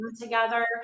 together